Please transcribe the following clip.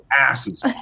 asses